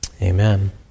Amen